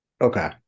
okay